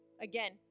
Again